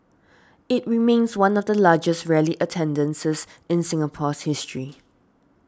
it remains one of the largest rally attendances in Singapore's history